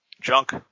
junk